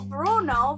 Bruno